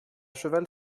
cheval